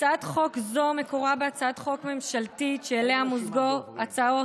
הצעת חוק זו מקורה בהצעת חוק ממשלתית שאליה מוזגו הצעות